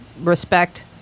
respect